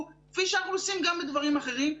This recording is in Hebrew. כפי שאנחנו עושים גם בדברים אחרים,